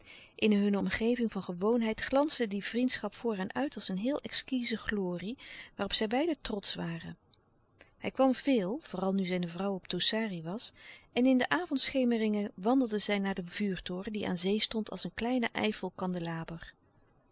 in hunne omgeving van gewoonheid glansde die vriendschap voor hen uit als een heel exquize glorie waarop zij beiden trotsch waren hij kwam veel vooral nu zijne vrouw op tosari was en in de avond schemeringen wandelden zij naar den vuurtoren die aan zee stond als een kleine eiffel kandelaber